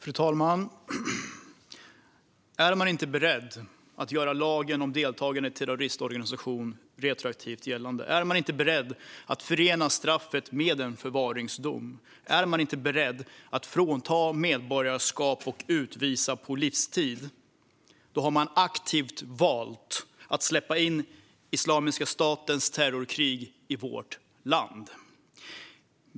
Fru talman! Om man inte är beredd att göra lagen om deltagande i terroristorganisation retroaktivt gällande, om man inte är beredd att förena straffet med en förvaringsdom och om man inte är beredd att frånta medborgarskap och utvisa på livstid har man aktivt valt att släppa in Islamiska statens terrorkrig i vårt land.